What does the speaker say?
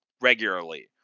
regularly